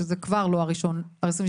שזה כבר לא ה-1 בינואר.